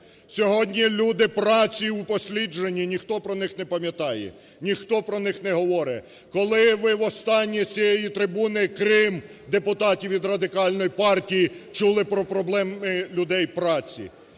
Сьогодні люди праці упосліджені, ніхто про них не пам'ятає, ніхто про них не говорить. Коли ви в останнє з цієї трибуни, крім депутатів Радикальної партії, чули про проблеми людей праці,